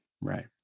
right